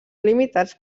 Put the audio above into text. limitats